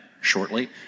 shortly